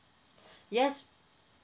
yes